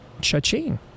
Cha-ching